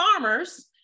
farmers